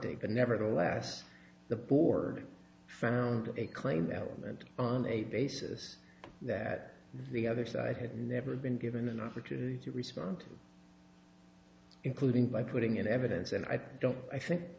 take but nevertheless the board found a claim element on a basis that the other side had never been given an opportunity to respond including by putting in evidence and i don't i think